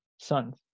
sons